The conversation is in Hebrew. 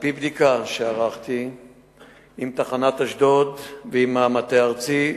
על-פי בדיקה שערכתי עם תחנת אשדוד ועם המטה הארצי,